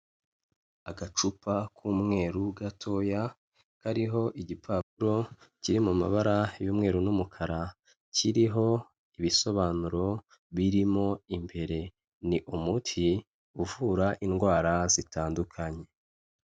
Agacupa k'umweru gatoya, kariho igipapuro kiri mu mabara y'umweru n'umukara, kiriho ibisobanuro birimo imbere, ni umuti uvura indwara zitandukanye.